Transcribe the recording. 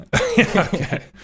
okay